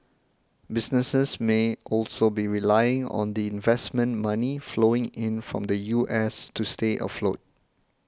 businesses may also be relying on the investment money flowing in from the U S to stay afloat